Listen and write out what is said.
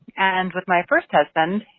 and with my first husband,